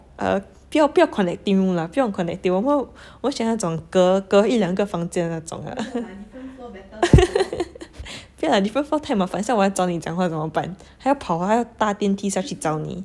err 不要不要 connecting room lah 不用 connecting 我们我喜欢那种隔隔一两个房间那种 ah 不要 lah different floor 太麻烦等一下我要找你讲话怎么办还要跑还要搭电梯下去找你